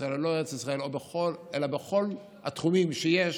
ישראל או לא ארץ ישראל אלא בכל התחומים שיש.